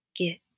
get